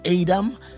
Adam